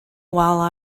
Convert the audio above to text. while